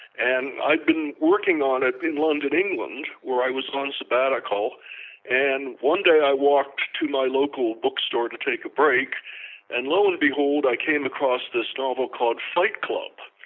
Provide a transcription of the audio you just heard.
and i'd been working on it in london, england, where i was on sabbatical and one day i walked to my local bookstore to take a break and low and behold i came across this novel called fight club.